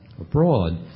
abroad